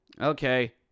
okay